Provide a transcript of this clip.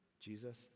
Jesus